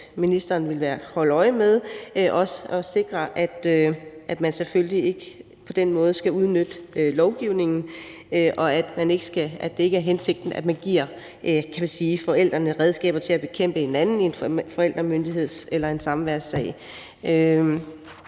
at ministeren vil sikre, at man selvfølgelig ikke på den måde skal udnytte lovgivningen, og at det ikke er hensigten, at man – kan man sige – giver forældrene redskaber til at bekæmpe hinanden i en forældremyndigheds- eller en samværssag.